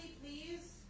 please